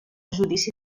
judici